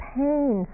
pain